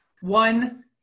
one